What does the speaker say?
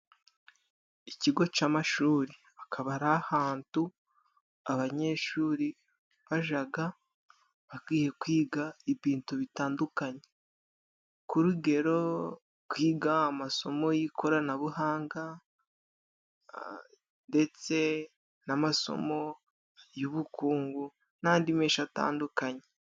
Ikigo cy'amashuri akaba ari ahantu abanyeshuri bajaga bagiye kwiga ibintu bitandukanye ku rugero kwiga amasomo y'ikoranabuhanga ndetse n'amasomo y'ubukungu n'andi menshi atandukanye.